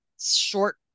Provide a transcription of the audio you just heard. short